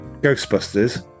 Ghostbusters